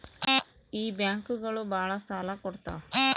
ಈ ಬ್ಯಾಂಕುಗಳು ಭಾಳ ಸಾಲ ಕೊಡ್ತಾವ